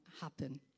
happen